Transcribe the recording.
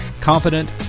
confident